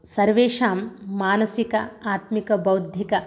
सर्वेषां मानसिकः आत्मिकः बौद्धिकः